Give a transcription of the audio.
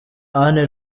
anne